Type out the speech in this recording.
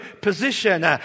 position